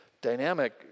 dynamic